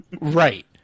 Right